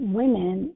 women